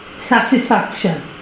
satisfaction